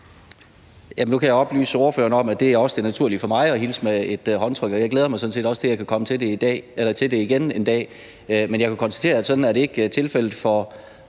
Nu kan jeg oplyse ordføreren om, at det også er det naturlige for mig at hilse med et håndtryk. Jeg glæder mig sådan set også til, at jeg kan komme til det igen en dag, men jeg kan konstatere, at det ikke er tilfældet for